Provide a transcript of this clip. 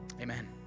Amen